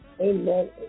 Amen